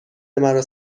مرا